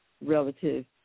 relative